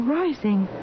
rising